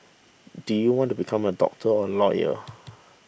do you want to become a doctor or a lawyer